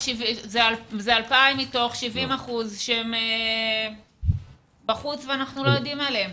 זה 2,000 מתוך 70% שהם בחוץ ואנחנו לא יודעים עליהם.